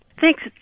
Thanks